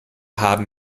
haben